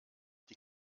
die